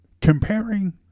comparing